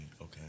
okay